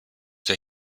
der